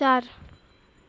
चार